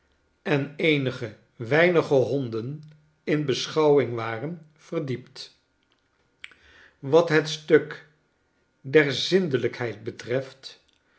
en eenige weinige honden in beschouwing waren verdiept wat het stuk der zindelijkheid betreft